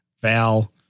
Val